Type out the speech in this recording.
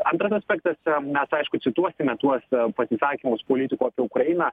antras aspektas mes aišku cituosime tuos pasisakymus politikų apie ukrainą